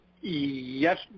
Yes